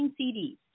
CDs